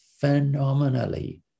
phenomenally